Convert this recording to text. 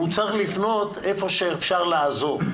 הוא צריך לפנות איפה שאפשר לעזור.